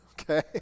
Okay